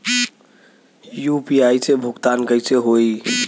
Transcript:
UPI से भुगतान कइसे होहीं?